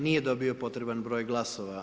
Nije dobio potreban broj glasova.